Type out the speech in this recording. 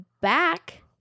back